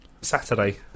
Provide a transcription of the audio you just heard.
Saturday